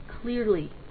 clearly